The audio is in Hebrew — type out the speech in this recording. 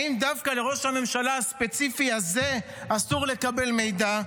האם דווקא לראש הממשלה הספציפי הזה אסור לקבל מידע,